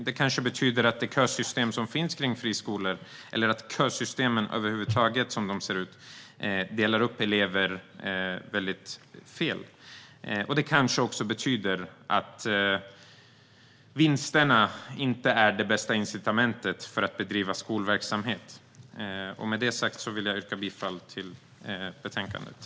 Det kanske betyder att det kösystem som finns för friskolor - eller kösystemen över huvud taget, som de ser ut - delar upp elever på fel sätt. Det kanske också betyder att vinster inte är det bästa incitamentet för att bedriva skolverksamhet. Med det sagt vill jag yrka bifall till förslaget i betänkandet.